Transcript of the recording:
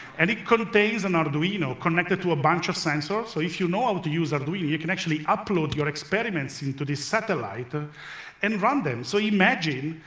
and it contains an arduino connected to a bunch of sensors. so if you know how to use arduino, you can actually upload your experiments into this satellite ah and run them. so imagine,